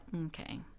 okay